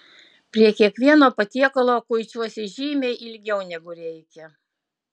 prie kiekvieno patiekalo kuičiuosi žymiai ilgiau negu reikia